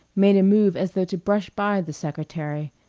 made a move as though to brush by the secretary,